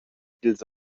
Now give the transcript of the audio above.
dils